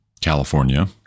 California